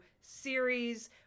series